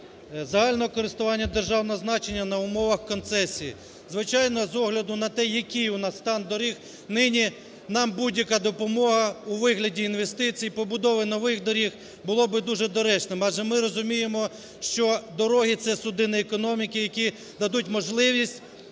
загального користування державного значення на умовах концесії. Звичайно, з огляду на те, який у нас стан доріг, нині нам будь-яка допомога у вигляді інвестицій, побудови нових доріг була би дуже доречною. Адже ми розуміємо, що дороги – це судини економіки, які дадуть можливість